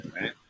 right